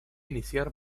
iniciar